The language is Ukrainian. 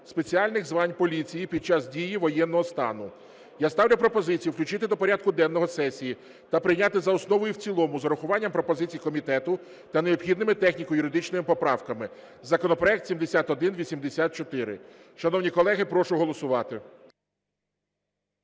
спеціальних звань поліції під час дії воєнного стану. Я ставлю пропозицію включити до порядку денного сесії та прийняти за основу і в цілому з урахуванням пропозицій комітету та необхідними техніко-юридичними поправками законопроект 7184. Шановні колеги, прошу голосувати.